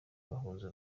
bahuza